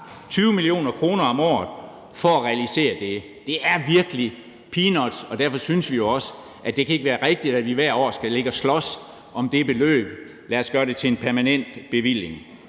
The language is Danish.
20 mio. kr. om året for at realisere det. Det er virkelig peanuts, og derfor synes vi jo også, at det ikke kan være rigtigt, at vi hvert år skal ligge og slås om det beløb. Lad os gøre det til en permanent bevilling.